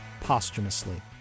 posthumously